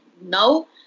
now